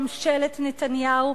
ממשלת נתניהו,